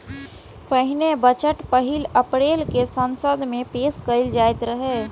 पहिने बजट पहिल अप्रैल कें संसद मे पेश कैल जाइत रहै